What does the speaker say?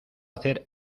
hacer